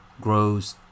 grows